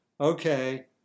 okay